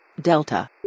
Delta